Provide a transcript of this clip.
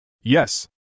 Yes